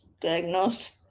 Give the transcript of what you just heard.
diagnosed